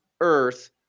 Earth